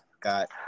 got